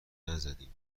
نزدیم